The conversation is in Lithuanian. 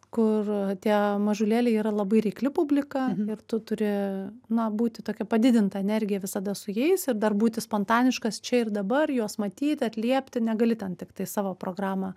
kur tie mažulėliai yra labai reikli publika ir tu turi na būti tokia padidinta energija visada su jais ir dar būti spontaniškas čia ir dabar juos matyti atliepti negali ten tiktai savo programą